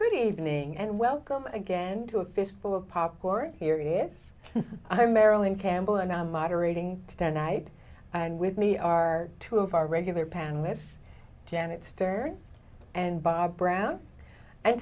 good evening and welcome again to a fistful of popcorn here it is i'm marilyn campbell and i'm moderating stand night and with me are two of our regular panelists janet stared and bob brown and